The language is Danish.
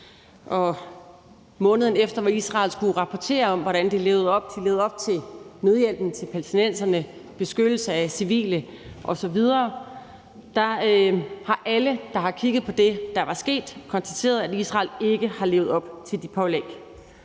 Måneden efter, hvor Israel skulle rapportere om, hvordan de levede op til nødhjælpen til palæstinenserne, beskyttelse af civile osv., kunne alle, der har kigget på det, der var sket, konstatere, at Israel ikke har levet op til de pålæg.